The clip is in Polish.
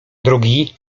drugi